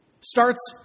starts